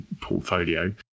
portfolio